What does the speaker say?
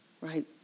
right